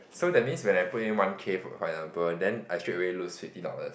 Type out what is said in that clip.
so that means when I put in one K for for example then I straightaway lose fifty dollars